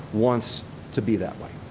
wants to be that way.